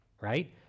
right